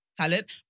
Talent